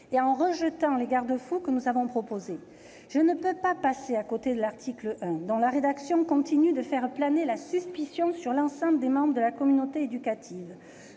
» et rejeté les garde-fous que nous avions proposés. Je ne peux passer à côté de l'article 1, dont la rédaction continue de faire planer la suspicion sur l'ensemble des membres de la communauté éducative.